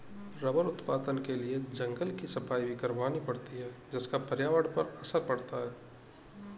rubber उत्पादन के लिए जंगल की सफाई भी करवानी पड़ती है जिसका पर्यावरण पर असर पड़ता है